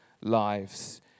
lives